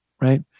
right